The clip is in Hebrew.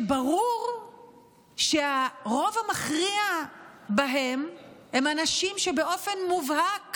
וברור שהרוב המכריע בהם הם אנשים שבאופן מובהק